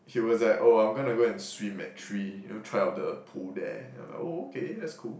he was like oh I'm gonna go and swim at three you know try out the pool there I'm like oh okay that's cool